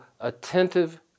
attentive